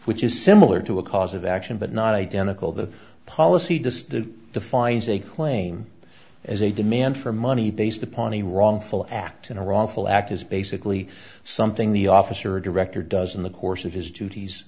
which is similar to a cause of action but not identical the policy dispute defines a claim as a demand for money based upon a wrongful act in a wrongful act is basically something the officer a director does in the course of his duties